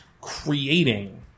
creating